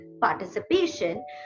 participation